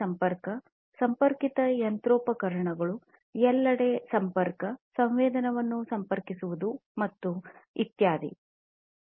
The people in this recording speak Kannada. ಸಂಪರ್ಕ ಸಂಪರ್ಕಿತ ಯಂತ್ರೋಪಕರಣಗಳು ಎಲ್ಲೆಡೆ ಸಂಪರ್ಕ ಸಂವೇದನೆಯನ್ನು ಸಂಪರ್ಕಿಸುವುದು ಮತ್ತು ಇತ್ಯಾದಿ ನಮಗೆ ಅವಶ್ಯಕವಿದೆ